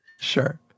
Sure